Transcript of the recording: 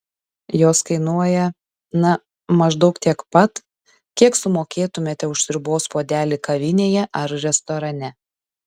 jos kainuoja na maždaug tiek pat kiek sumokėtumėte už sriubos puodelį kavinėje ar restorane